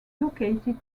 located